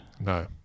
No